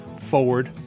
forward